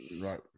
Right